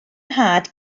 nhad